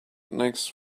next